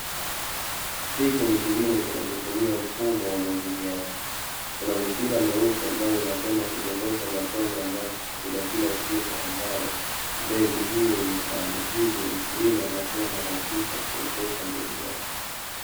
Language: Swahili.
Hiki ni kilimo kinachotumia mfumo wa umwagiliaji, kuna mipira meusi ambayo inakwenda kudondosha matone ya maji katika kila shimo ambalo mbegu hiyo imepandwa, hivyo mkiulima anakuwa na uhakika wakuotesha mbegu yake.